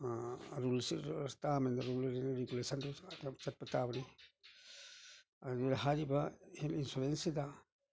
rules term and rules and ꯔꯦꯒꯨꯂꯦꯁꯟꯗꯣ ꯆꯠꯄ ꯇꯥꯕꯅꯤ ꯑꯗꯨꯅ ꯍꯥꯏꯔꯤꯕ ꯍꯦꯜꯠ ꯏꯟꯁꯨꯔꯦꯟꯁꯁꯤꯗ